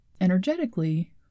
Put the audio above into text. Energetically